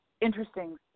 interesting